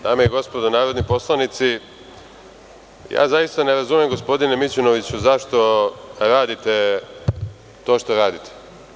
Dame i gospodo narodni poslanici, ja zaista ne razumem gospodine Mićunoviću zašto radite, to što radite?